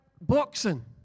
boxing